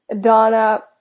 Donna